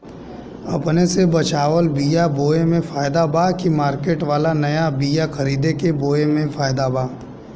अपने से बचवाल बीया बोये मे फायदा बा की मार्केट वाला नया बीया खरीद के बोये मे फायदा बा?